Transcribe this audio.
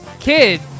kid